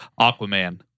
Aquaman